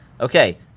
Okay